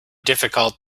difficult